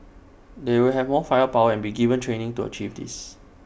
they will have more firepower and be given training to achieve this